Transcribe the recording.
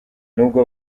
nubwo